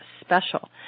special